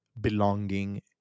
belonging